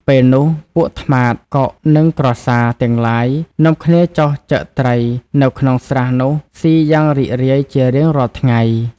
ពេលនោះ ពួកត្មាត កុក និងក្រសារ ទាំងឡាយ នាំគ្នាចុះចឹកត្រីនៅក្នុងស្រះនោះស៊ីយ៉ាងរីករាយជារៀងរាល់ថ្ងៃ។